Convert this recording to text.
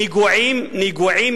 נגועות,